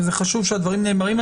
וזה חשוב שהדברים נאמרים.